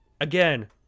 Again